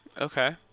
Okay